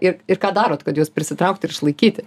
ir ir ką darot kad juos prisitraukt ir išlaikyti